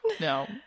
no